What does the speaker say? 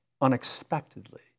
unexpectedly